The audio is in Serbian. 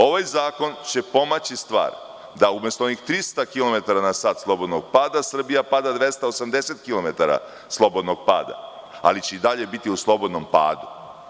Ovaj zakon će pomaći stvar da umesto onih 300 km na sat slobodnog pada Srbija pada 280 km slobodnog pada, ali će i dalje biti u slobodnom padu.